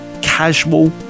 casual